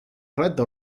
red